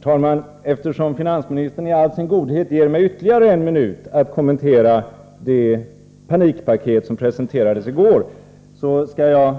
Herr talman! Eftersom finansministern i all sin godhet ger mig ytterligare en minut att kommentera det panikpaket som presenterades i går skall jag